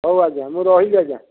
ହଉ ଆଜ୍ଞା ମୁଁ ରହିଲି ଆଜ୍ଞା